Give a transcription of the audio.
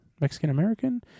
Mexican-American